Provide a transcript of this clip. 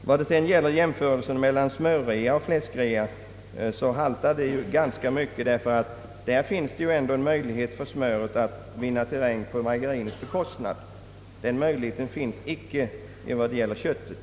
Jag vill vidare säga att jämförelsen mellan smörrea och fläskrea haltar ganska mycket, ty det finns ändå en möjlighet för smöret att vinna terräng på margarinets bekostnad, men den möjligheten finns inte när det gäller köttet.